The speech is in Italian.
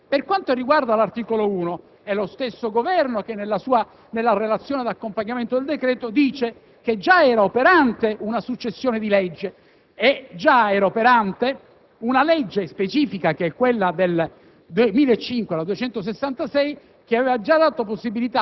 mentre per l'articolo 3 non esisteva già una legislazione in materia, per quanto riguarda l'articolo 1 è lo stesso Governo che, nella relazione di accompagnamento del decreto, dice che già era operante una successioni di leggi e già era operante